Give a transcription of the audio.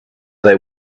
they